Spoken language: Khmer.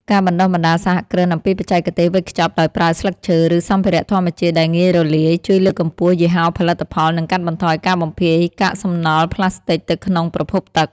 ការបណ្តុះបណ្តាលសហគ្រិនអំពីបច្ចេកទេសវេចខ្ចប់ដោយប្រើស្លឹកឈើ ឬសម្ភារៈធម្មជាតិដែលងាយរលាយ ជួយលើកកម្ពស់យីហោផលិតផល និងកាត់បន្ថយការបំភាយកាកសំណល់ផ្លាស្ទិកទៅក្នុងប្រភពទឹក។